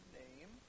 name